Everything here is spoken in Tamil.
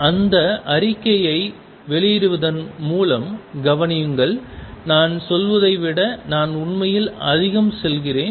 அந்த அறிக்கையை வெளியிடுவதன் மூலம் கவனியுங்கள் நான் சொல்வதை விட நான் உண்மையில் அதிகம் சொல்கிறேன்